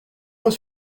fois